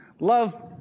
Love